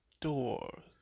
door